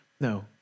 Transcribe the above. No